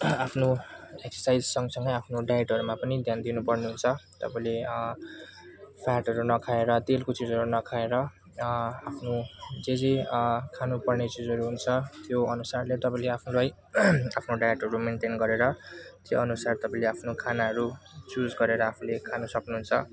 आफ्नो एक्सर्साइज सँगसँगै आफ्नो डाइडहरूमा पनि ध्यान दिनुपर्ने हुन्छ तपाईँले फ्याटहरू नखाएर तेलको चीजहरू नखाएर आफ्नो जे जे खानुपर्ने चिजहरू हुन्छ त्यो अनुसार त्यो तपाईँले आफ्नो डाइटहरू मेनटेन गरेर त्यो अनुसार तपाईँले आफ्नो खानाहरू चुस गरेर आफूले खान सक्नुहुन्छ